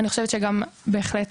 אני חושבת שגם בהחלט,